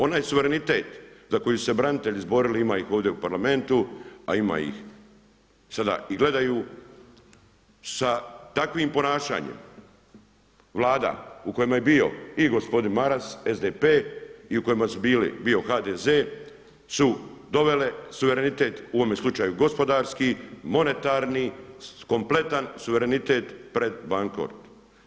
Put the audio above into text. Onaj suverenitet za koji su se branitelji izborili ima ih ovdje u Parlamentu a ima ih sada i gledaju, sa takvim ponašanjem Vlada u kojima je bio i gospodin Maras, SDP i u kojima je bio HDZ su dovele suverenitet, u ovome slučaju gospodarski, monetarni, kompetan suverenitet pred bankrot.